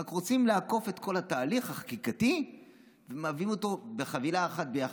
ורק רוצים לעקוף את כל התהליך החקיקתי ומביאים אותם בחבילה אחת ביחד.